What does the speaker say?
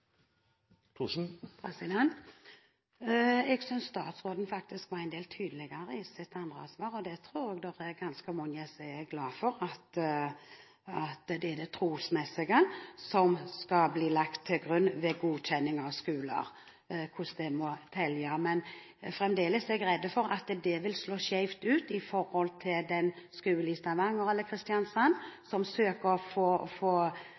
Jeg synes faktisk statsråden var en del tydeligere i sitt andre svar. Jeg tror det er ganske mange som er glade for at det er det trosmessige som skal bli lagt til grunn ved godkjenning av skoler – at det må telle. Men fremdeles er jeg redd for at det vil slå skjevt ut med tanke på den skolen i Stavanger eller Kristiansand som søker om å få